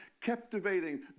captivating